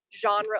genre